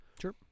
Sure